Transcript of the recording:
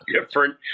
different